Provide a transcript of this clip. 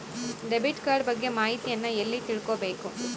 Debit card ಬಗ್ಗೆ ಮಾಹಿತಿಯನ್ನ ಎಲ್ಲಿ ತಿಳ್ಕೊಬೇಕು?